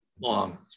long